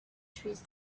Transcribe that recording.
trees